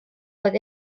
oedd